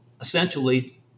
essentially